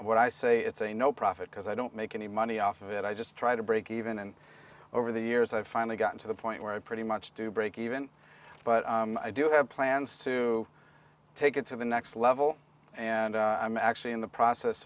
t i say it's a no profit because i don't make any money off of it i just try to break even and over the years i've finally gotten to the point where i pretty much do break even but i do have plans to take it to the next level and i'm actually in the process